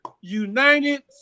United